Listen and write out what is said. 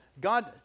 God